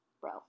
bro